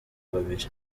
babiri